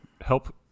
help